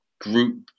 group